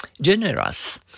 Generous